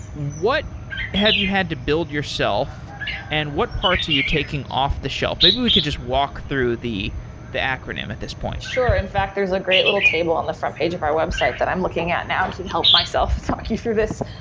what have you had to build yourself and what parts are you taking off-the-shelf? maybe we could just walk through the the acronym at this point sure. in fact, there's a great little table on the front page of our website that i'm looking at now to and help myself talk you through this.